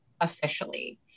officially